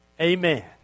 Amen